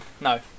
No